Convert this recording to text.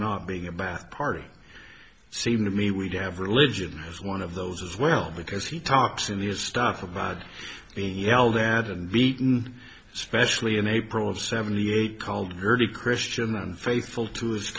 not being a bath party seem i mean we do have religion as one of those as well because he talks in these stuff about being yelled at and beaten especially in april of seventy eight called early christian and faithful to his